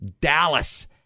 Dallas